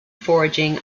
foraging